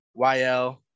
YL